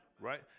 Right